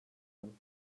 them